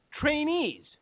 trainees